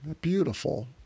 beautiful